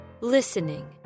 listening